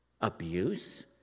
abuse